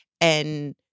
and-